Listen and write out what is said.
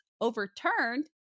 overturned